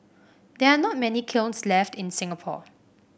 there are not many kilns left in Singapore